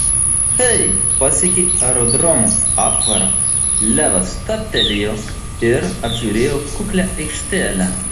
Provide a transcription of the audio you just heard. kai pasiekė aerodromo aptvarą levas stabtelėjo ir apžiūrėjo kuklią aikštelę